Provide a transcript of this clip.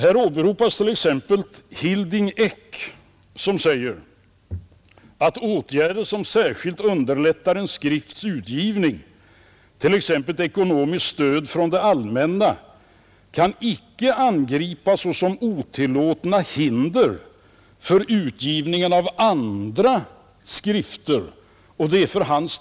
Här åberopas t.ex. Hilding Eek, som säger att ”åtgärder som särskilt underlättar en skrifts utgivning, t.ex. ekonomiskt stöd från det allmänna inte kan angripas såsom otillåtna hinder för utgivningen av andra skrifter”.